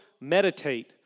meditate